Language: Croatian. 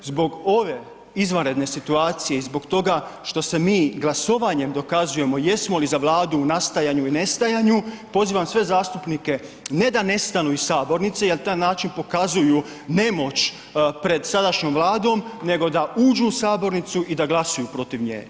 Zbog ove izvanredne situacije i zbog toga što se mi glasovanjem dokazujemo jesmo li za Vladu u nastajanju i nestajanju pozivam sve zastupnike, ne da nestanu iz sabornice jer na taj način pokazuju nemoć pred sadašnjom Vladom, nego da uđu u sabornicu i da glasuju protiv nje.